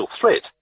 threat